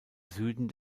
süden